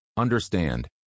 Understand